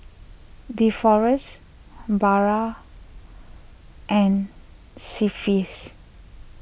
Deforest barra and see face